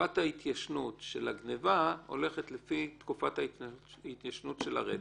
תקופת ההתיישנות של הגניבה הולכת לפי תקופת ההתיישנות של הרצח.